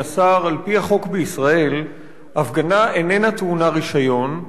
על-פי החוק בישראל הפגנה איננה טעונה רשיון אלא